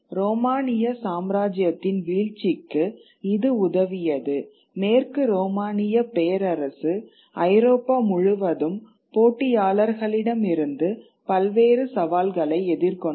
ரோமானிய சாம்ராஜ்யத்தின் வீழ்ச்சிக்கு இது உதவியது மேற்கு ரோமானிய பேரரசு ஐரோப்பா முழுவதும் போட்டியாளர்களிடமிருந்து பல்வேறு சவால்களை எதிர்கொண்டது